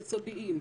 יסודיים,